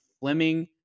Fleming